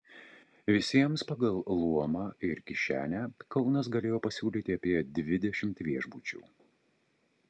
visiems pagal luomą ir kišenę kaunas galėjo pasiūlyti apie dvidešimt viešbučių